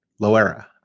Loera